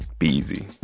be easy